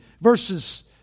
verses